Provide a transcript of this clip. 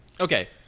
Okay